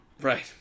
Right